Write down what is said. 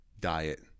diet